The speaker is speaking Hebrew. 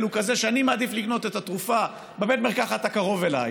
הוא כזה שאני מעדיף לקנות את התרופה בבית המרקחת הקרוב אליי,